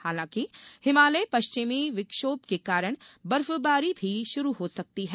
हालांकि हिमालय पश्चिमी विक्षोभ के कारण बर्फबारी फिर शुरू हो सकती है